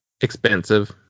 expensive